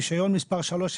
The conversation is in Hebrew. רישיון מספר 3,